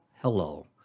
hello